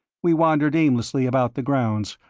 we wandered aimlessly about the grounds,